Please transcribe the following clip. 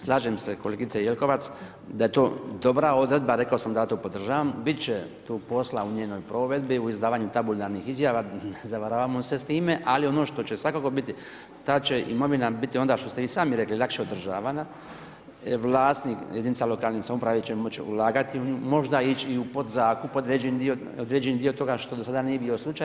Slažem se kolegice Jelkovac da je to dobra odredba, rekao sam da ja to podržavam, bit će tu posla u njenoj provedbi, u izdavanju tabularnih izjava, ne zavarajmo se s time ali ono što će svakako biti, ta će imovina biti onda što ste i sami rekli, lakše održavana, vlasnik jedinica lokalnih samouprava će moći ulagati u nju, možda ići i u pod zakup određeni dio toga što do sada nije bio slučaj.